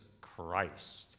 Christ